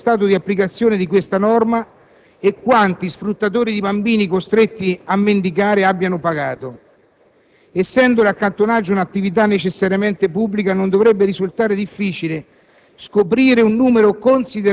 Ci stiamo chiedendo quale sia lo stato di applicazione di questa norma e quanti sfruttatori di bambini, costretti a mendicare, abbiano pagato. Essendo l'accattonaggio un'attività necessariamente pubblica, non dovrebbe risultare difficile